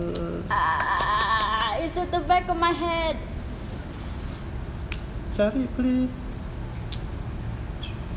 ah it's at the back of my head